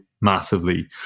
massively